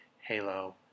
Halo